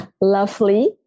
lovely